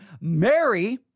Mary